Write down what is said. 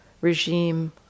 regime